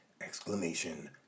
exclamation